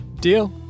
Deal